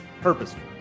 purposeful